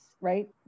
right